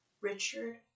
Richard